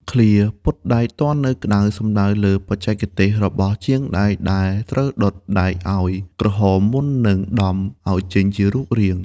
ឃ្លា «ពត់ដែកទាន់នៅក្ដៅ» សំដៅលើបច្ចេកទេសរបស់ជាងដែកដែលត្រូវដុតដែកឱ្យក្រហមមុននឹងដំឱ្យចេញជារូបរាង។